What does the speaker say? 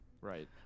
Right